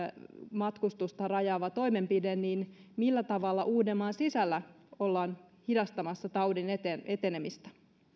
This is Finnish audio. matkustusta rajaava toimenpide niin millä tavalla uudenmaan sisällä ollaan hidastamassa taudin etenemistä